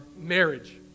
marriage